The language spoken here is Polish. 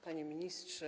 Panie Ministrze!